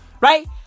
Right